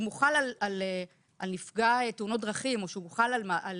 אם הוא חל על נפגע תאונות דרכים או שהוא חל על עובד,